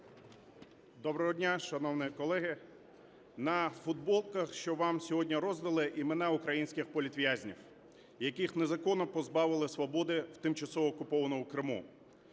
Доброго дня, шановні колеги! На футболках, що вам сьогодні роздали, імена українських політв'язнів, яких незаконно позбавили свободи в тимчасово окупованому Криму.